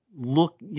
look